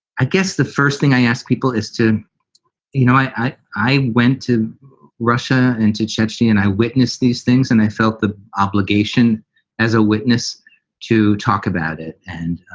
i guess the first thing i ask people is to you know, i i went to russia and to chechnya and i witnessed these things and i felt the obligation as a witness to talk about it. and